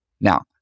Now